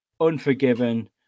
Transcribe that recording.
Unforgiven